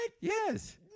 Yes